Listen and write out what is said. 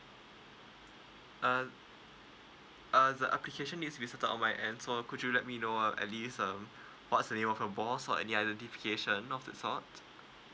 uh uh the application it should be settle on my end so could you let me know uh at least um what's the name of your boss or any other depreciation of it sort